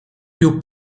più